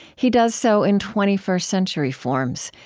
he does so in twenty first century forms,